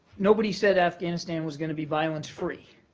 nobody said afghanistan was going to be violence free,